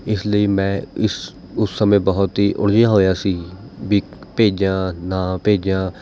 ਇਸ ਲਈ ਮੈਂ ਇਸ ਉਸ ਸਮੇਂ ਬਹੁਤ ਹੀ ਉਲਝਿਆ ਹੋਇਆ ਸੀ ਵੀ ਭੇਜਾਂ ਨਾ ਭੇਜਾਂ